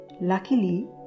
Luckily